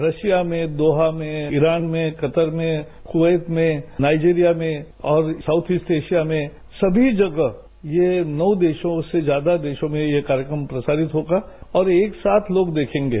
Russia में Doha में Iran में कतर में कुवैत में नाइजीरिया में और साउथ ईस्ट एशिया में सभी जगह ये नौ देशों से ज्यादा देशों में यह कार्यक्रम प्रसारित होगा और एक साथ लोग देखेंगे